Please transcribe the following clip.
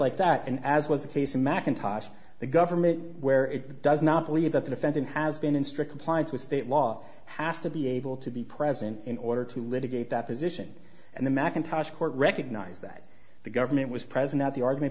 like that and as was the case in macintosh the government where it does not believe that the defendant has been in strict compliance with state law has to be able to be present in order to litigate that position and the mackintosh court recognized that the government was present at the argument